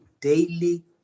daily